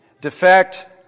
Defect